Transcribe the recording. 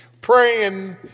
Praying